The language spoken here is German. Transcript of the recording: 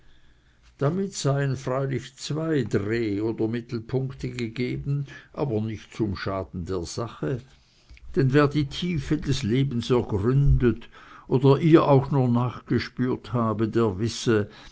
damit seien freilich zwei dreh oder mittelpunkte gegeben aber nicht zum schaden der sache denn wer die tiefe des lebens ergründet oder ihr auch nur nachgespürt habe der wisse